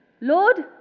Lord